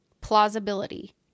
Plausibility